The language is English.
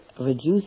reduce